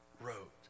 wrote